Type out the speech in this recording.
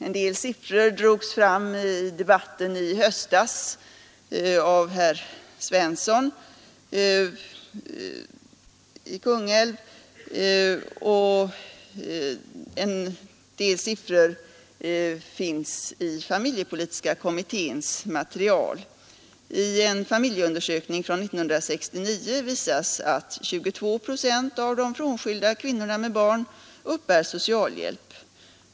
En del siffror drogs fram i debatten i höstas av herr Svensson i Kungälv, ytterligare siffror finns redovisade i familjepolitiska kommitténs material. I en familjeundersökning från 1969 visas att 22 procent av de frånskilda kvinnorna med barn uppbär socialhjälp.